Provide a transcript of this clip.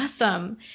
Awesome